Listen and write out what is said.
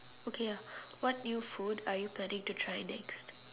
okay uh what new food are you planning to try next